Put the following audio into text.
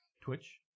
Twitch